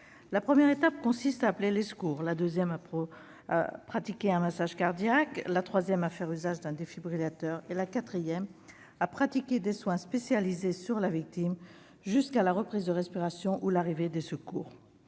La première étape consiste à appeler les secours ; la deuxième, à pratiquer un massage cardiaque ; la troisième, à faire usage d'un défibrillateur ; la quatrième, à prodiguer des soins spécialisés à la victime jusqu'à la reprise de respiration ou à l'arrivée des secours.